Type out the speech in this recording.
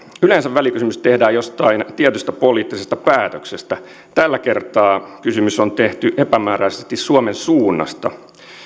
yleensä välikysymys tehdään jostain tietystä poliittisesta päätöksestä tällä kertaa kysymys on tehty epämääräisesti suomen suunnasta